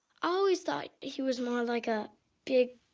always thought he was more like a big